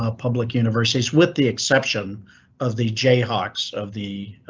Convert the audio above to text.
ah public universities, with the exception of the jayhawks of the.